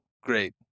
Great